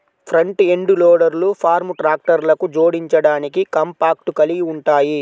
front end లోడర్లు farm ట్రాక్టర్లకు జోడించడానికి కాంపాక్ట్ కలిగి ఉంటాయి